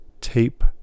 tape